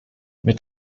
mit